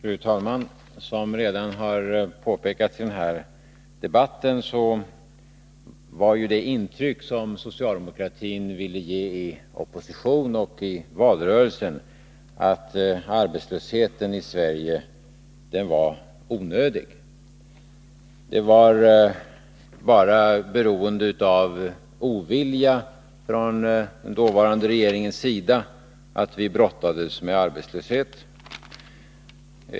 Fru talman! Som redan har påpekats i den här debatten var det intryck som socialdemokratin ville ge i opposition och i valrörelsen att arbetslösheten i Sverige var onödig. Det berodde bara på ovilja från den dåvarande regeringens sida att vi brottades med arbetslöshet.